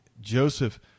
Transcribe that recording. Joseph